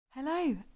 Hello